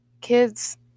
Kids